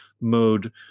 mode